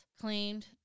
claimed